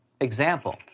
example